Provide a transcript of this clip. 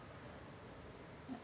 yeah